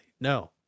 No